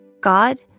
God